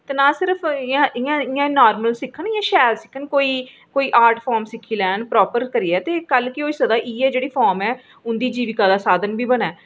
कन्नै नॉर्मल निं शैल सिक्खन कि कोई आर्ट फॉर्म सिक्खी लैन कोई प्रॉपर करियै ते कल्ल गी पता इ'यै जेह्ड़ी फॉर्म ऐ उं'दी जीविका दा साधन बनै